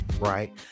right